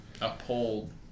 uphold